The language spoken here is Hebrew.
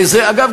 ואגב,